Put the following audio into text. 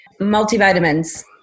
multivitamins